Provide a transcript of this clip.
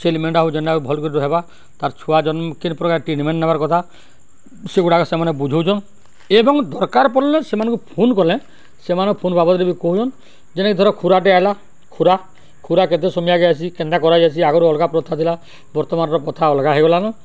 ସେ ଲିମେଣ୍ଟା ହଉ ଯେନ୍ଟା ହଉ ଭଲ୍ କରି ରହେବା ତା'ର ଛୁଆ ଜନ୍ମ କେନ ପ୍ରକାର ଟ୍ରିଟମେଣ୍ଟ ନବାର କଥା ସେଗୁଡ଼ାକ ସେମାନେ ବୁଝଉଛନ୍ ଏବଂ ଦରକାର ପଡ଼ିଲେ ସେମାନଙ୍କୁ ଫୋନ୍ କଲେ ସେମାନେ ଫୋନ ବାବଦରେ ବି କହୁଛନ୍ ଯେନ୍ଟାକି ଧର ଖୁରାଟେ ଆଇଲା ଖୁରା ଖୁରା କେତେ ସମୟକେ ଆସି କେନ୍ତା କରାଯାଇସି ଆଗରୁ ଅଲଗା ପ୍ରଥା ଥିଲା ବର୍ତ୍ତମାନର ପ୍ରଥା ଅଲଗା ହେଇଗଲାନ